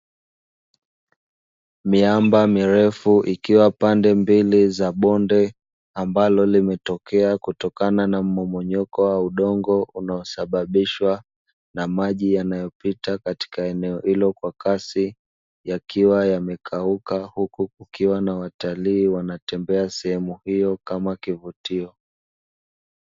Miamba mirefu ikiwa pande mbili za bonde, ambalo limetokea kutokana na mmong`onyoko wa udongo, unaosababishwa na maji yanayopita katika eneo hilo kwa kasi, yakiwa yamekauka, huku kukiwa na watalii wakitembea katika eneo hilo kama kivutio.